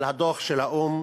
על הדוח של האו"ם